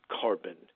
carbon